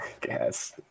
guess